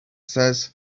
says